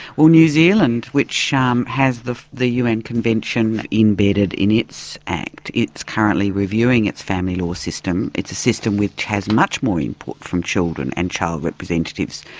well new zealand, which um has the the un convention embedded in its act, it's currently reviewing its family law system it's a system which has much more input from children and child representatives.